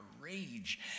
rage